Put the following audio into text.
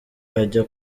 ajya